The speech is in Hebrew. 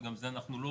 ואנחנו גם לא